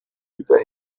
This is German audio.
über